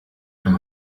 from